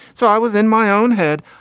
so i was in my own head.